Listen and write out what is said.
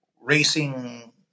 racing